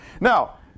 Now